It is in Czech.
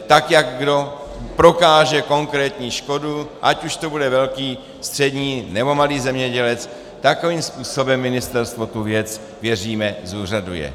Tak jak kdo prokáže konkrétní škodu, ať už to bude velký, střední, nebo malý zemědělec, takovým způsobem ministerstvo tu věc věříme zúřaduje.